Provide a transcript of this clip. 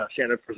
Shannon